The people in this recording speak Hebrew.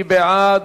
מי בעד?